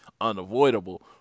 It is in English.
unavoidable